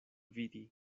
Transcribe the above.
vidi